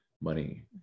money